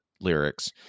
lyrics